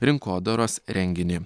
rinkodaros renginį